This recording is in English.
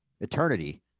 Eternity